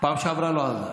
בפעם שעברה זה לא עזר.